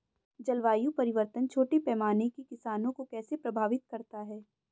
जलवायु परिवर्तन छोटे पैमाने के किसानों को कैसे प्रभावित करता है?